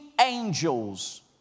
angels